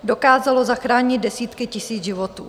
Dokázalo zachránit desítky tisíc životů.